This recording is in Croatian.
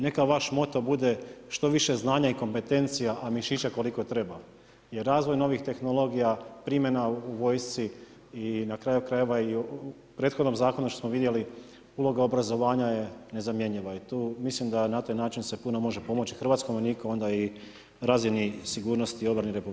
Neka vaš moto bude „što više znanja i kompetencija, a mišića koliko treba, jer razvoj novih tehnologija, primjena u vojsci i na kraju krajeva i u prethodnom zakonu što smo vidjeli uloga obrazovanja je nezamjenjiva i tu mislim da na taj način se puno može pomoći hrvatskom vojniku, a onda i razini sigurnosti i obrani Republike Hrvatske.